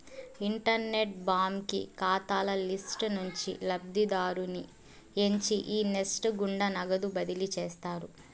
internet బాంకీ కాతాల list నుంచి లబ్ధిదారుని ఎంచి ఈ నెస్ట్ గుండా నగదు బదిలీ చేస్తారు